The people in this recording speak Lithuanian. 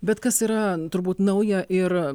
bet kas yra turbūt nauja ir